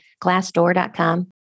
glassdoor.com